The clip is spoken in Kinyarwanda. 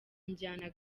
njyana